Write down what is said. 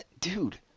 Dude